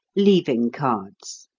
leaving cards.